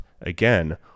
again